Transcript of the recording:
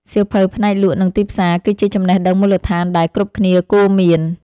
សៀវភៅផ្នែកលក់ និងទីផ្សារ គឺជាចំណេះដឹងមូលដ្ឋានដែលគ្រប់គ្នាគួរមាន។